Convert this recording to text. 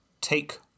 Take